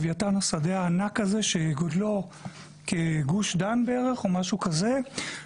לווייתן השדה הענק הזה שגודלו כגוש דן בערך או משהו כזה,